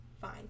fine